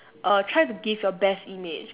err try to give your best image